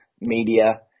media